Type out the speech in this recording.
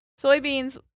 soybeans